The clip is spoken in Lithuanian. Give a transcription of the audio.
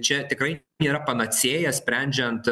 čia tikrai nėra panacėja sprendžiant